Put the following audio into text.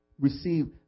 receive